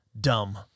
Dumb